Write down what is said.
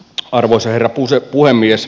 arvoisa herra puhemies